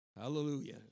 Hallelujah